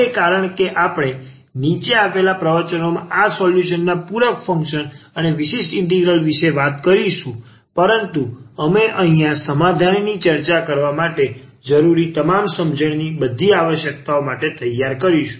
હવે કારણ કે આપણે નીચે આપેલા પ્રવચનોમાં આ સોલ્યુશન્સ ના પૂરક ફંક્શન અને વિશિષ્ટ ઇન્ટિગ્રલ વિશે વાત કરીશું પરંતુ અહીં અમે અહીંયા સમાધાનની ચર્ચા કરવા માટે જરૂરી તમામ સમજણની બધી આવશ્યકતાઓ માટે તૈયાર કરીશું